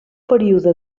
període